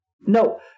No